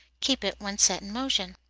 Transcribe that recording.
keep it when set in motion.